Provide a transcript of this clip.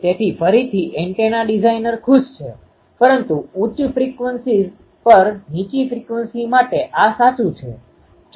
તેથી ફરીથી antenna designer ખુશ છે પરંતુ ઉચ્ચ ફ્રીક્વન્સીઝ પર નીચી ફ્રિકવન્સી માટે આ સાચું છે